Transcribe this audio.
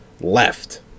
left